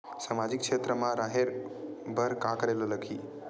सामाजिक क्षेत्र मा रा हे बार का करे ला लग थे